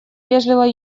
вежливо